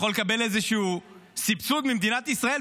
הוא יכול לקבל איזשהו סבסוד ממדינת ישראל,